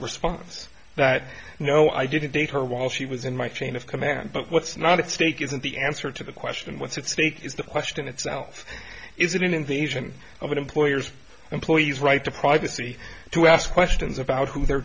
response that you know i didn't take her while she was in my chain of command but what's not at stake isn't the answer to the question what's at stake is the question itself is it an invasion of employers employees right to privacy to ask questions about who they're